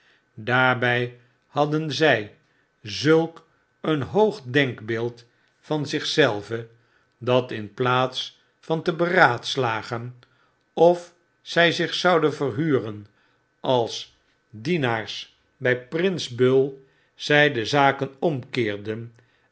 daarbij hadden zij zulk een hoogdenkbeeld van zich zelve dat in plaats van teberaadslagen of zy zich zouden verhuren als dienaars by prins bull zy de zaken omkeerden